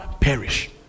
perish